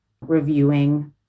reviewing